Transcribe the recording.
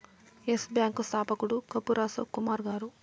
yes Bank స్థాపకుడు కపూర్ అశోక్ కుమార్ గారు